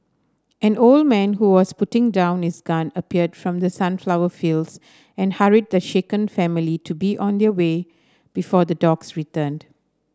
an old man who was putting down his gun appeared from the sunflower fields and hurried the shaken family to be on their way before the dogs returned